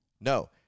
no